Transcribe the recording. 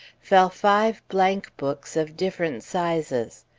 fell five blank books of different sizes.